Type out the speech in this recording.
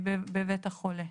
(ביצוע פעולות בבית החולה),